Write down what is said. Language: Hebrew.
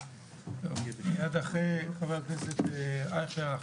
מייד אחרי חבר הכנסת אייכלר,